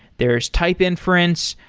there's type inference.